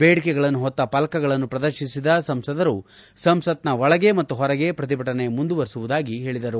ಬೇಡಿಕೆಗಳನ್ನು ಹೊತ್ತ ಫಲಕಗಳನ್ನು ಪ್ರದರ್ತಿಸಿದ ಸಂಸದರು ಸಂಸತ್ನ ಒಳಗೆ ಮತ್ತು ಹೊರಗೆ ಪ್ರತಿಭಟನೆ ಮುಂದುವರೆಸುವುದಾಗಿ ಹೇಳಿದರು